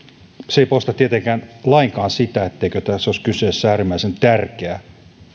ei poista tietenkään lainkaan sitä etteikö tässä olisi kyseessä äärimmäisen tärkeä